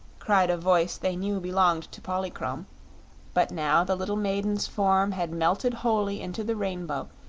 cried a voice they knew belonged to polychrome but now the little maiden's form had melted wholly into the rainbow,